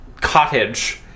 cottage